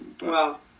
Wow